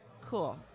Cool